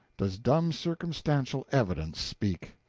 does dumb circumstantial evidence speak.